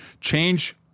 Change